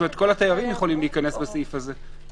כל התיירים יכולים להיכנס בסעיף הזה.